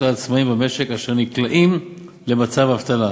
העצמאים במשק אשר נקלעים למצב אבטלה.